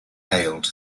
hailed